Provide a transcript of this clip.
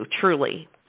truly